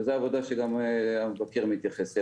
וזו עבודה שגם המבקר מתייחס אליה,